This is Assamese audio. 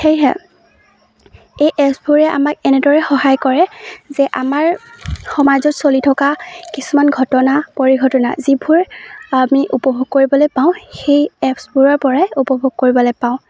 সেয়েহে এই এপছবোৰে আমাক এনেদৰে সহায় কৰে যে আমাৰ সমাজত চলি থকা কিছুমান ঘটনা পৰিঘটনা যিবোৰ আমি উপভোগ কৰিবলৈ পাওঁ সেই এপছবোৰৰ পৰাই উপভোগ কৰিবলে পাওঁ